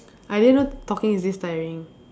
I didn't know talking is this tiring